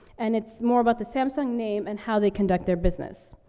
and it's more about the samsung name and how they conduct their business.